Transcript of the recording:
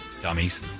Dummies